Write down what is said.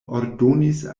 ordonis